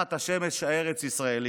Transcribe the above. תחת השמש הארץ-ישראלית,